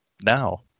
Now